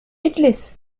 اجلس